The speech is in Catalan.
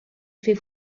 fer